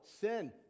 sin